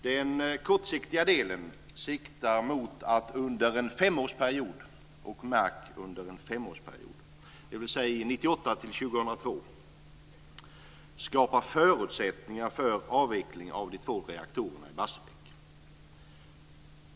Den kortsiktiga delen siktar mot att under en femårsperiod - märk väl en femårsperiod - dvs. 1998-2002, skapa förutsättningar för avveckling av de två reaktorerna i Barsebäck.